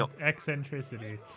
eccentricity